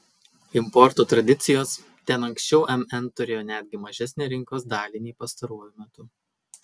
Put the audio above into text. importo tradicijos ten anksčiau mn turėjo netgi mažesnę rinkos dalį nei pastaruoju metu